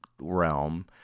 realm